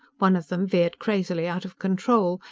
one of them veered crazily out of control.